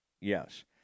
yes